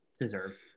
deserved